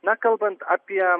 na kalbant apie